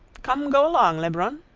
come go along, lebrun,